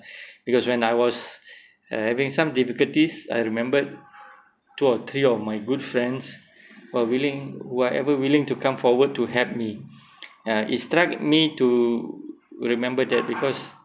because when I was having some difficulties I remembered two or three of my good friends who are willing who are ever willing to come forward to help me uh it struck me to remember that because